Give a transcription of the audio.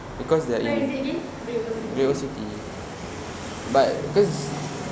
where is it again great old city